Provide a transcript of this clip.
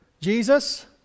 Jesus